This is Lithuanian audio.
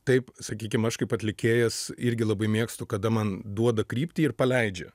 taip sakykim aš kaip atlikėjas irgi labai mėgstu kada man duoda kryptį ir paleidžia